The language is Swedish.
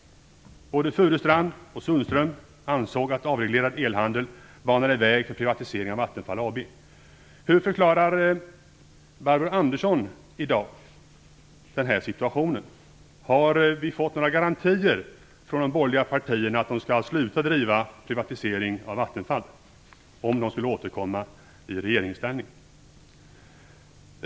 Både Furustrand och Sundström ansåg att avreglerad elhandel banade väg för privatisering av Vattenfall AB. Hur förklarar Barbro Andersson i dag den situationen? Har ni fått garantier från de borgerliga partierna att de inte skall driva privatisering av Vattenfall om de återkommer i regeringsställning?